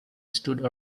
stood